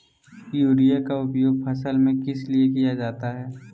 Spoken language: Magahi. युरिया के उपयोग फसल में किस लिए किया जाता है?